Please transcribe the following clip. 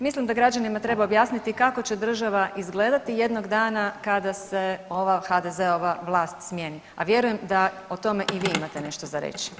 Mislim da građanima treba objasniti kako će država izgledati jednog dana kada se ova HDZ-ova vlast smijeni, a vjerujem da o tome i vi imate nešto za reći.